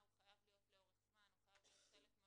שהוא עדיין מתחת ל-18,